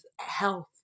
health